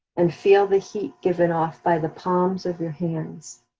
and feel the heat given off by the palms of your hands,